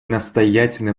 настоятельно